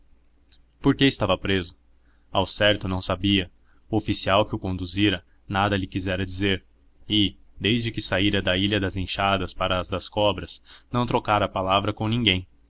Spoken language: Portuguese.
que estava preso ao certo não sabia o oficial que o conduzira nada lhe quisera dizer e desde que saíra da ilha das enxadas para a das cobras não trocara palavra com ninguém